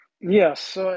yes